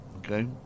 Okay